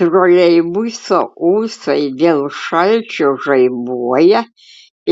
troleibuso ūsai dėl šalčio žaibuoja